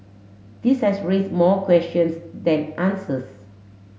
this has raise more questions than answers